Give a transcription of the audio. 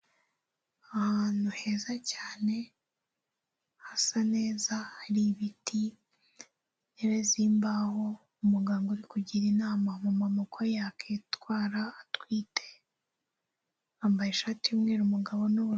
Ahantu heza cyane, hasa neza hari ibiti intebe z'imbaho, umuganga uri kugira inama umu mama uko yakwitwara atwite, yambaye ishati y'umweru umugabo ni ubururu.